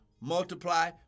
multiply